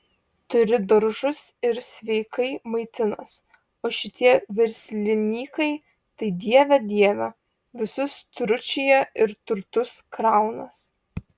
turi daržus ir sveikai maitinas o šitie verslinykai tai dieve dieve visus tručija ir turtus kraunas